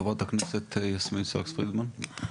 חברת הכנסת יסמין פרידמן, בבקשה.